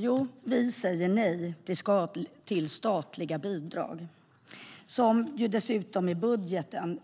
Jo, vi säger nej till statliga bidrag som dessutom i budgeten